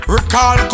Recall